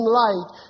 light